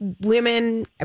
women